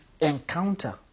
encounter